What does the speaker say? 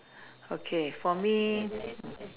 okay for me